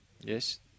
Yes